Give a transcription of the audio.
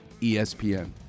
ESPN